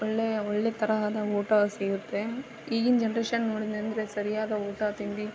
ಒಳ್ಳೆಯ ಒಳ್ಳೆ ತರಹದ ಊಟ ಸಿಗುತ್ತೆ ಈಗಿನ ಜನ್ರೇಷನ್ ನೋಡಿದನೆಂದ್ರೆ ಸರಿಯಾದ ಊಟ ತಿಂಡಿ